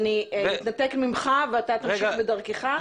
אני אתנתק ממך ואתה תמשיך בדרכך.